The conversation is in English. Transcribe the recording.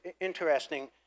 interesting